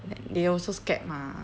they also scared mah